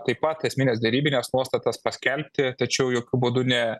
taip pat esmines derybines nuostatas paskelbti tačiau jokiu būdu ne